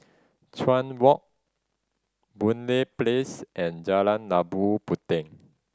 Chuan Walk Boon Lay Place and Jalan Labu Puteh